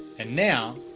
and now.